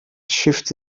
shifted